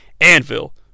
Anvil